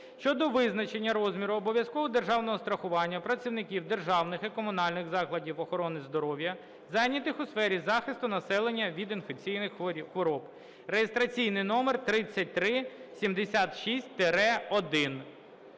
(щодо визначення розмірів обов'язкового державного страхування працівників державних і комунальних закладів охорони здоров'я, зайнятих у сфері захисту населення від інфекційних хвороб) (реєстраційний номер 3376-1).